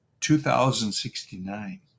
2069